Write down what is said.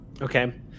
Okay